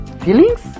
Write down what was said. feelings